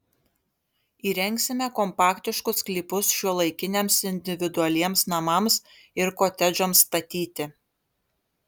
įrengsime kompaktiškus sklypus šiuolaikiniams individualiems namams ir kotedžams statyti